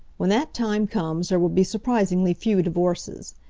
when that time comes there will be surprisingly few divorces.